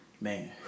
Man